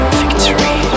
victory